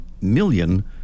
million